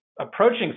Approaching